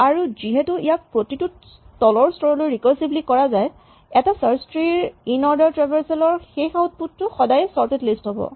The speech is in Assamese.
আৰু যিহেতু ইয়াক প্ৰতিটো তলৰ স্তৰলৈ ৰিকাৰছিভলী কৰা যায় এটা চাৰ্চ ট্ৰী ৰ ইনঅৰ্ডাৰ ট্ৰেভাৰছেল ৰ শেষ আউটপুট টো সদায়েই চৰ্টেড লিষ্ট হ'ব